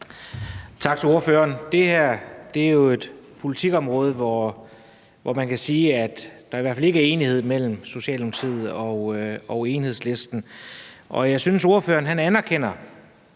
Tak til ordføreren. Det her er jo et politikområde, hvor man kan sige der i hvert fald ikke er enighed mellem Socialdemokratiet og Enhedslisten. Jeg synes, at ordføreren anerkender